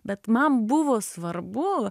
bet man buvo svarbu